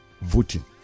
voting